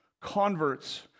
converts